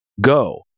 Go